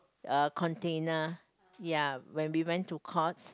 uh container ya when we went to Courts